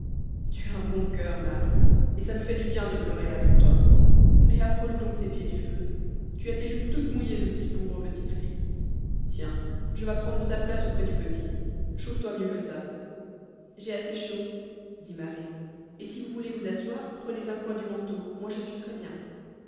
tu as un bon cur marie et ça me fait du bien de pleurer avec toi mais approche donc tes pieds du feu tu as tes jupes toutes mouillées aussi pauvre petite fille tiens je vas prendre ta place auprès du petit chauffe toi mieux que ça j'ai assez chaud dit marie et si vous voulez vous asseoir prenez un coin du manteau moi je suis très bien